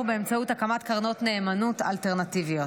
באמצעות הקמת קרנות נאמנות אלטרנטיביות.